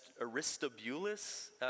Aristobulus